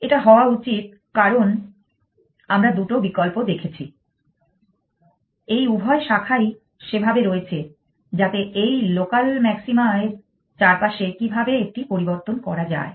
এটা হওয়া উচিত কারণ আমরা দুটো বিকল্প রেখেছি এই উভয় শাখাই সেখানে রয়েছে যাতে এই লোকাল ম্যাক্সিমা এর চারপাশে কীভাবে একটি পরিবর্তন করা যায়